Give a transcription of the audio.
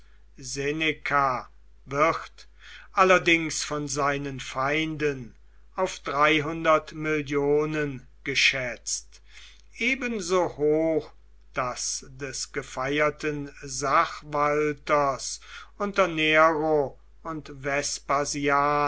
seneca wird allerdings von seinen feinden auf millionen geschätzt ebenso hoch das des gefeierten sachwalters unter nero und